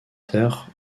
der